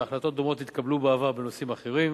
והחלטות דומות התקבלו בעבר בנושאים אחרים.